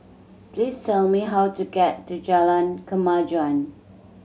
please tell me how to get to Jalan Kemajuan